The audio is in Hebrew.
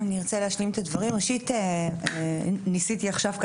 נמצאת איתנו גם